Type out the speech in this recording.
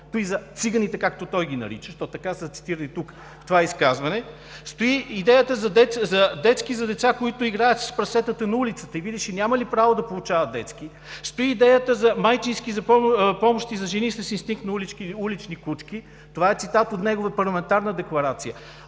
това за „циганите”, както той ги нарича, защото така са цитирани тук, в това изказване; стои идеята за детски за деца, които „играят с прасетата на улицата”, и видиш ли, нямали право да получават детски; стои идеята за майчински помощи за „жени с инстинкт на улични кучки”. Това е цитат от негова парламентарна декларация.